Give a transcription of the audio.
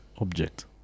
object